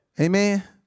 Amen